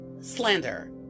Slander